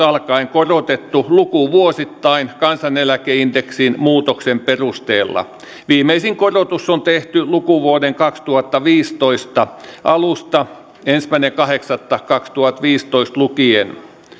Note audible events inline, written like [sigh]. [unintelligible] alkaen korotettu lukuvuosittain kansaneläkeindeksin muutoksen perusteella viimeisin korotus on tehty lukuvuoden kaksituhattaviisitoista alusta ensimmäinen kahdeksatta kaksituhattaviisitoista lukien